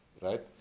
right?